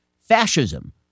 fascism